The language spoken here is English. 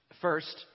First